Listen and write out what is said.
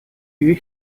you